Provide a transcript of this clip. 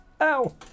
Ow